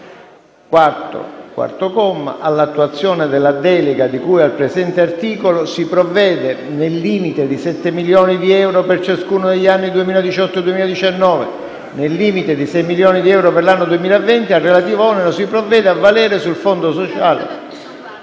specificata: "4. All'attuazione della delega di cui al presente articolo si provvede nel limite di 7 milioni di euro per ciascuno degli anni 2018 e 2019 e nel limite di 6 milioni di euro per l'anno 2020. Al relativo onere si provvede a valere sul Fondo sociale